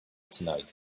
tonight